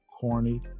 corny